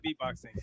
beatboxing